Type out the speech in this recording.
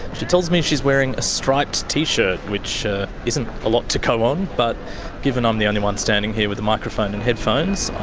she tells me she's wearing a striped t-shirt, which isn't a lot to go on but given i'm the only one standing here with a microphone and headphones,